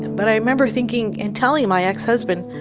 but i remember thinking and telling my ex-husband,